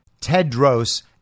Tedros